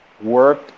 work